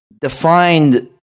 defined